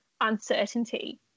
uncertainty